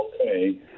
Okay